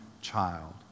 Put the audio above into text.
child